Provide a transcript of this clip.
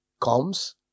comes